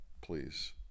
Please